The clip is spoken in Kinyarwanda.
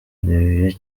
olivier